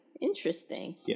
Interesting